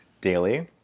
daily